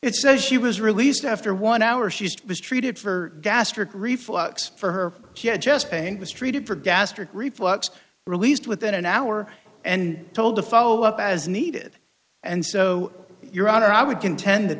it says she was released after one hour she was treated for gastric reflux for her kid just pain was treated for gastric reflux released within an hour and told to follow up as needed and so your honor i would contend that